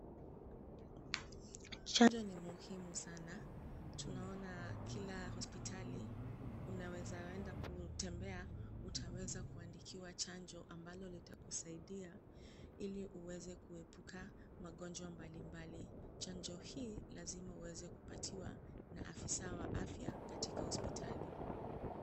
Chanjo ni muhimu sana. Tunaona kila hospitali unaweza enda kutembea, utaweza kuandikiwa chanjo ambalo litakusaidia, ili uweze kuepuka magonjwa mbalimbali. Chanjo hii lazima uweze kupatiwa, na afisa wa afya katika hospitali.